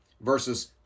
versus